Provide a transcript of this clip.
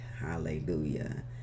hallelujah